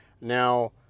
Now